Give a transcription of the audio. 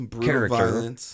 character